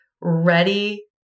ready